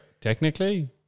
technically